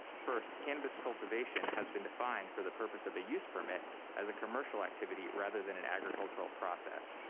first, cannabis cultivation has been defined for the purpose of a use permit as a commercial activity rather than an agricultural process.